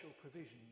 provision